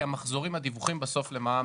כי מחזורי הדיווחים למע"מ,